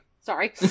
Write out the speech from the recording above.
Sorry